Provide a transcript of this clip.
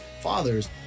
fathers